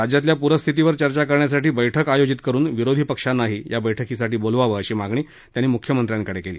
राज्यातल्या पूरस्थितीवर चर्चा करण्यासाठी बैठक आयोजित करून विरोधी पक्षांनाही या बैठकीसाठी बोलवावं अशी मागणी त्यांनी मुख्यमंत्र्यांकडे केली